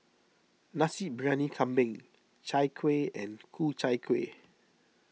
Nasi Briyani Kambing Chai Kuih and Ku Chai Kueh